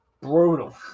brutal